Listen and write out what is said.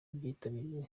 byitabiriwe